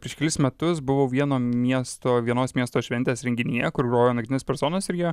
prieš kelis metus buvau vieno miesto vienos miesto šventės renginyje kur grojo naktinės personos ir jie